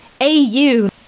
AU